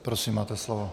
Prosím, máte slovo.